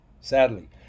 sadly